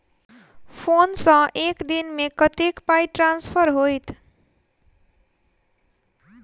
Phone सँ एक दिनमे कतेक पाई ट्रान्सफर होइत?